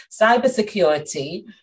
cybersecurity